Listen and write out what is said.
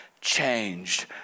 changed